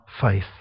faith